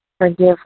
forgive